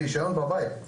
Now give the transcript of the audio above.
ברישיון בבית,